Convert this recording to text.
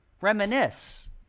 reminisce